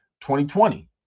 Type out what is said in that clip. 2020